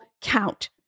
count